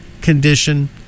condition